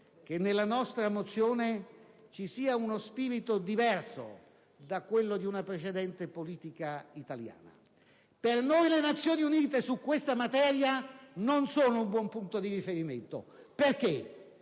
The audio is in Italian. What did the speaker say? che nella nostra mozione ci sia uno spirito diverso da quello di una precedente politica italiana. Per noi le Nazioni Unite su questa materia non sono un buon punto di riferimento: non